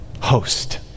host